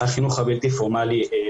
יוחזר החינוך הבלתי פורמלי.